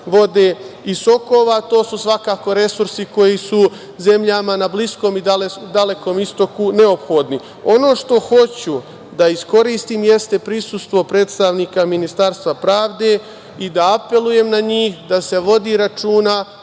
vode i sokova, to su svakako resursi koji su zemljama na Bliskom i Dalekom Istoku neophodni. Ono što hoću da iskoristim jeste prisustvo predstavnika Ministarstva pravde i da apelujem na njih da se vodi računa